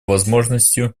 возможностью